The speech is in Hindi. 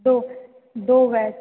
दो दो बैच